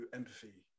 empathy